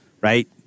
right